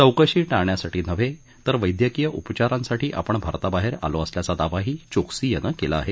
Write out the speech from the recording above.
चौकशी टाळण्यासाठी नव्हे तर वद्धक्रीय उपचारांसाठी आपण भारताबाहेर आलो असल्याचा दावाही चोक्सी यानं केला आहे